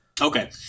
Okay